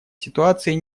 ситуации